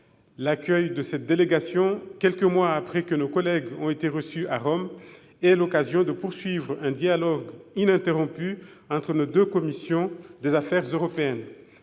L'accueil de cette délégation, quelques mois après que nos collègues ont été reçus à Rome, est l'occasion de poursuivre un dialogue ininterrompu entre nos commissions des affaires européennes.